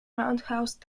roundhouse